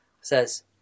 says